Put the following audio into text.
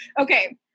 Okay